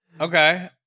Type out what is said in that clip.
Okay